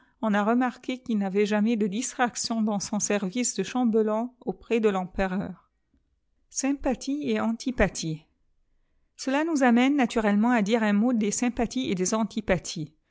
on a remarqué qu'il navait jamais de distractions dans son service de chambellan auprès de lempereur sympathies et antipathies cela nous amène naturellement à dire un mot des sympathies et des antipathies